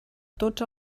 tots